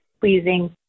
pleasing